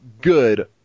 good